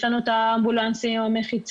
יש לנו את האמבולנסים עם המחיצות,